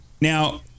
Now